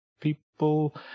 people